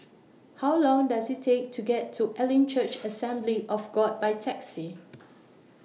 How Long Does IT Take to get to Elim Church Assembly of God By Taxi